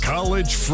College